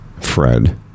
Fred